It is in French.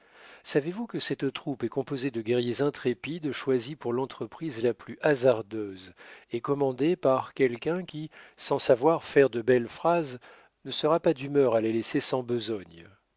savez-vous que cette troupe est composée de guerriers intrépides choisis pour l'entreprise la plus hasardeuse et commandée par quelqu'un qui sans savoir faire de belles phrases ne sera pas d'humeur à les laisser sans besogne